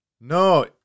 No